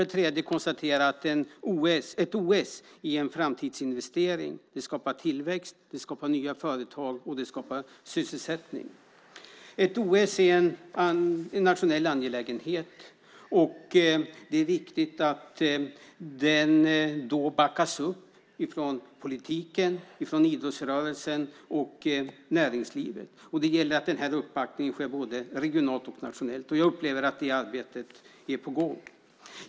Ett OS är en framtidsinvestering. Det skapar tillväxt, det skapar nya företag och det skapar sysselsättning. Ett OS är en nationell angelägenhet och det är viktigt att den backas upp av politiken, idrottsrörelsen och näringslivet. Det gäller att den uppbackningen sker både regionalt och nationellt. Jag upplever att det arbetet är på gång.